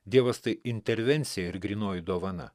dievas tai intervencija ir grynoji dovana